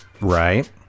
Right